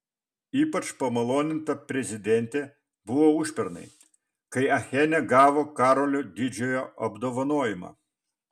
ypač pamaloninta prezidentė buvo užpernai kai achene gavo karolio didžiojo apdovanojimą